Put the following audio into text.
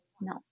No